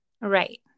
Right